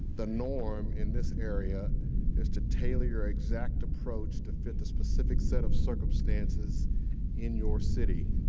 the norm in this area is to tell your exact approach to fit the specific set of circumstances in your city.